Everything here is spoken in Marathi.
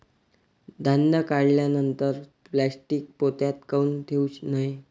धान्य काढल्यानंतर प्लॅस्टीक पोत्यात काऊन ठेवू नये?